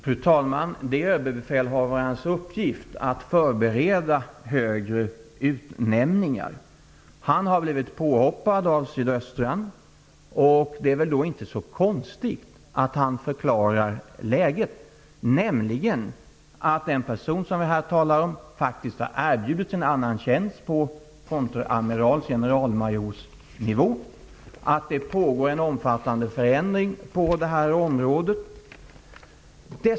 Fru talman! Det är överbefälhavarens uppgift att förbereda högre utnämningar. Han har blivit påhoppad av tidningen Sydöstran, och då är det väl inte så konstigt att han förklarar läget, nämligen att nämnd person blivit erbjuden en annan tjänst på konteramirals/generalmajorsnivå och att det pågår en omfattande förändring på det här området.